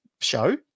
show